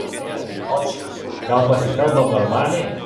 ei adinočka gal pasikalbam normaliai